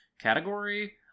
Category